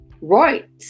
Right